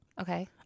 okay